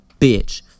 bitch